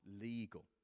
legal